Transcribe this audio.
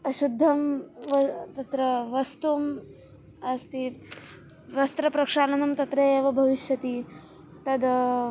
अशुद्धं व तत्र वस्तु अस्ति वस्त्रप्रक्षालनं तत्र एव भविष्यति तद्